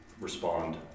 respond